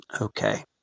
Okay